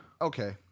Okay